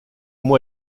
moi